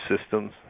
systems